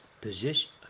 Position